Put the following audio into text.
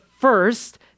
first